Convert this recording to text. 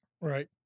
right